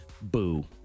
boo